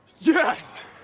Yes